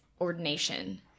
ordination